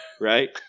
right